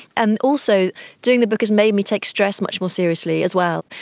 and also doing the book has made me take stress much more seriously as well,